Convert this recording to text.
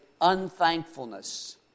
unthankfulness